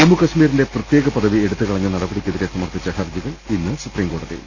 ജമ്മുകശ്മീരിന്റെ പ്രത്യേക പദവി എടുത്തുകളഞ്ഞ നടപടിക്കെ തിരെ സമർപ്പിച്ച ഹർജികൾ ഇന്ന് സുപ്രീംകോടതിയിൽ